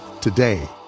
today